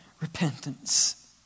repentance